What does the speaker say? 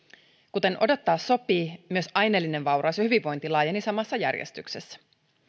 kuten odottaa sopii myös aineellinen vauraus ja hyvinvointi laajenivat samassa järjestyksessä